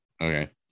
okay